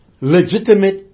Legitimate